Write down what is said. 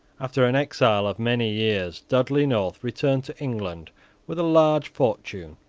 after an exile of many years, dudley north returned to england with a large fortune,